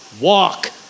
walk